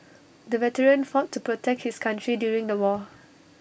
the veteran fought to protect his country during the war